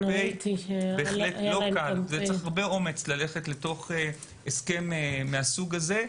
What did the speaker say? זה בהחלט לא קל ודורש הרבה אומץ ללכת לתוך הסכם מהסוג הזה.